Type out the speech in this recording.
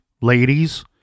ladies